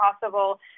possible